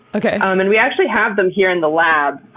um and we actually have them here in the lab.